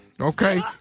okay